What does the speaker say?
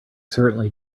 certainly